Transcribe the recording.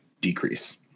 decrease